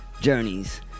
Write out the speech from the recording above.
journeys